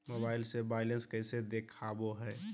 Mobile से balance कैसे देखाबो है?